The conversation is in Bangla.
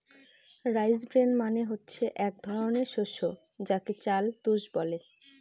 রাইস ব্রেন মানে হচ্ছে এক ধরনের শস্য যাকে চাল তুষ বলে